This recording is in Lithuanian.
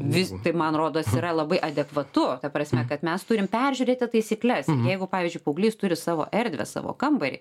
vis tai man rodos yra labai adekvatu ta prasme kad mes turim peržiūrėti taisykles jeigu pavyzdžiui paauglys turi savo erdvę savo kambarį